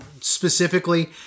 Specifically